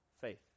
faith